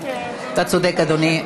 אתה צודק, אדוני.